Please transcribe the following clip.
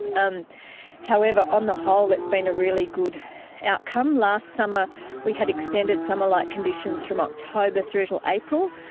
um however on the whole it's been a really good outcome. last summer we had extended summer-like conditions from october through till april,